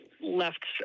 left